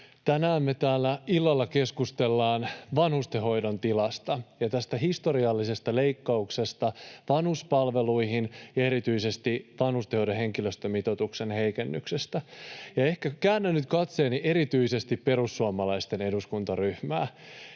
Tänään me täällä illalla keskustellaan vanhustenhoidon tilasta ja tästä historiallisesta leikkauksesta vanhuspalveluihin ja erityisesti vanhustenhoidon henkilöstömitoituksen heikennyksestä. Käännän nyt katseeni erityisesti perussuomalaisten eduskuntaryhmään,